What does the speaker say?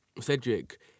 Cedric